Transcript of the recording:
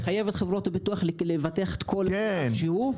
לחייב את חברות הביטוח לבטח כל ענף שהוא?